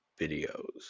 videos